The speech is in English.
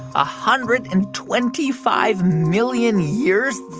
ah hundred and twenty five million years?